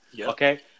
Okay